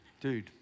Dude